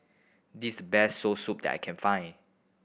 this is the best Soursop that I can find